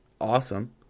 awesome